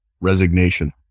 resignation